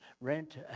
rent